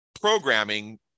programming